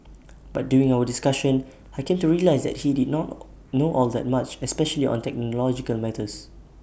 but during our discussion I came to realise that he did not know all that much especially on technological matters